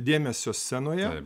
dėmesio scenoje